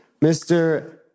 Mr